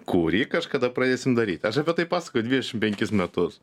kurį kažkada pradėsim daryt aš apie tai pasakoju dvidešim penkis metus